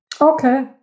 okay